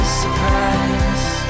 surprise